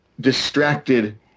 distracted